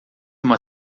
uma